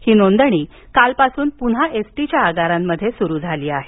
ही नोंदणी कालपासून पुन्हा एसटीच्या आगारामध्ये सुरू झाली आहे